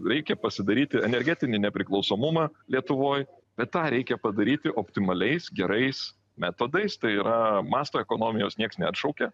reikia pasidaryti energetinį nepriklausomumą lietuvoj bet tą reikia padaryti optimaliais gerais metodais tai yra masto ekonomijos nieks neatšaukė